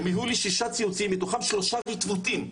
הם הראו לי שישה ציוצים מתוכם שלושה ריטווטים,